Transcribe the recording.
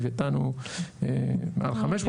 לווייתן הוא מעל BCM500,